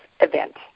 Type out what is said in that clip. event